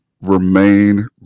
remain